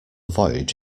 voyage